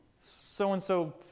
so-and-so